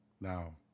Now